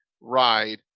ride